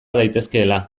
daitezkeela